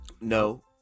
no